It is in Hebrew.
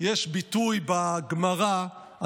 יש ביטוי בגמרא,